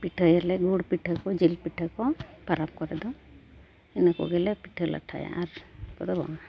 ᱯᱤᱴᱷᱟᱹᱭᱟᱞᱮ ᱜᱩᱲ ᱯᱤᱴᱷᱟᱹ ᱠᱚ ᱡᱤᱞ ᱯᱤᱴᱷᱟᱹ ᱠᱚ ᱯᱚᱨᱚᱵᱽ ᱠᱚᱨᱮ ᱫᱚ ᱤᱱᱟᱹ ᱠᱚᱜᱮᱞᱮ ᱯᱤᱴᱷᱟᱹ ᱞᱟᱴᱷᱟᱭᱟ ᱟᱨ ᱠᱚᱫᱚ ᱵᱟᱝ